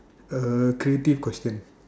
uh creative question